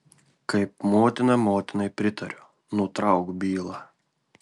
kaip motina motinai patariu nutrauk bylą